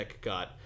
got